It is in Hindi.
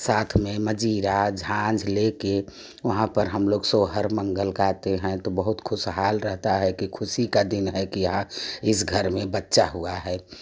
साथ में मजीरा झाँझ ले कर वहाँ पे हम लोग सोहर मंगल गाते हैँ तो बहुत खुशहाल रहता है कि ख़ुशी का दिन आ गया इस घर में बच्चा हुआ है